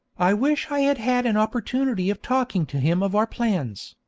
i wish i had had an opportunity of talking to him of our plans,